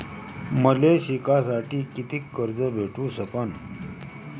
मले शिकासाठी कितीक कर्ज भेटू सकन?